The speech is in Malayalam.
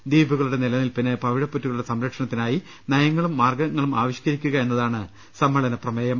ദ്വീപുകളുടെ നിലനിൽപിന് പവിഴപ്പുറ്റുകളുടെ സംരക്ഷണത്തിനായി നയങ്ങളും മാർഗ്ഗങ്ങളും ആവിഷ്കരിക്കുക എന്നതാണ് സമ്മേളനപ്രമേയം